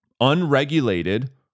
unregulated